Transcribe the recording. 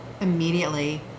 immediately